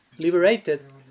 liberated